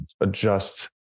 adjust